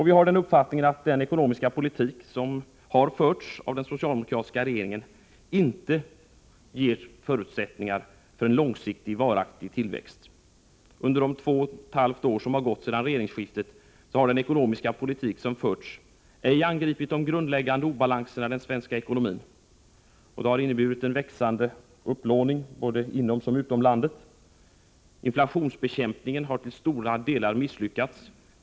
Vi har den uppfattningen att den ekonomiska politik som förs av den socialdemokratiska regeringen inte ger förutsättningar för en långsiktig varaktig tillväxt. Under de två och ett halvt år som gått sedan regeringsskiftet har den ekonomiska politik som förts ej angripit de grundläggande obalanserna i den svenska ekonomin. Detta har inneburit en växande upplåning, såväl inom som utom landet. Inflationsbekämpningen har till stora delar misslyckats.